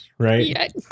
Right